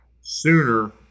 sooner